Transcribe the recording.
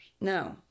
No